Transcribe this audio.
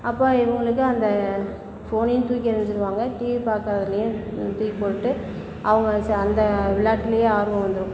அப்போ இவங்களுக்கு அந்த ஃபோனையும் தூக்கி எறிஞ்சுடுவாங்க டிவி பாக்கிறதையே தூக்கி போட்டு அவங்க அந்த விளையாட்டுலையே ஆர்வம் வந்துடும்